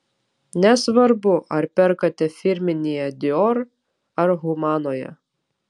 nesvarbu ar perkate firminėje dior ar humanoje